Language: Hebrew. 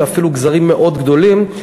ואפילו גזרים מאוד גדולים,